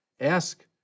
Ask